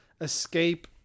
escape